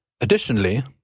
Additionally